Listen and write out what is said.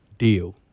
deal